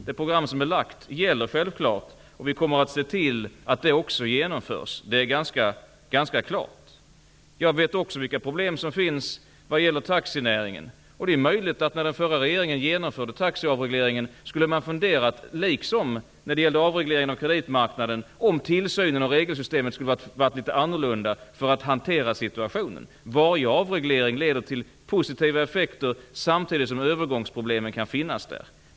Det program som har lagts fram gäller självfallet, och vi kommer att se till att det också genomförs. Det är helt klart. Jag vet också vilka problem som finns vad gäller taxinäringen. Det är möjligt att den förra regeringen, när den genomförde taxiavregleringen och avregleringen av kreditmarknaden, skulle ha funderat över om tillsynen och regelsystemet skulle ha varit något annorlunda. Varje avreglering leder till positiva effekter, samtidigt som det kan finnas övergångsproblem.